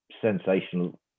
sensational